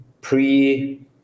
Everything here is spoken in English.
pre